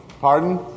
Pardon